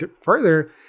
further